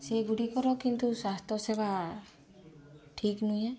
ସେଗୁଡ଼ିକର କିନ୍ତୁ ସ୍ୱାସ୍ଥ୍ୟସେବା ଠିକ୍ ନୁହେଁ